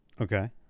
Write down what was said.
okay